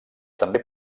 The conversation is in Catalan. també